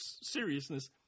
seriousness